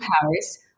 Paris